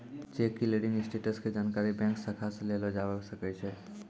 cheque clearing status के जानकारी bank शाखा से लेलो जाबै सकै छै